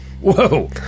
whoa